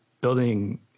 building